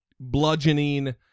bludgeoning